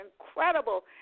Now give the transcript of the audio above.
incredible